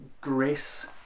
grace